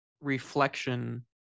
reflection